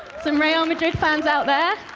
so real madrid fans out there.